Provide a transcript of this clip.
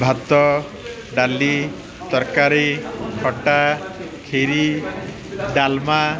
ଭାତ ଡାଲି ତରକାରୀ ଖଟା ଖିରୀ ଡାଲମା